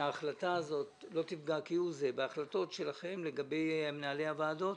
שההחלטה הזאת לא תפגע כהוא זה בהחלטות שלכם לגבי מנהלי הוועדות,